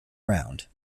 round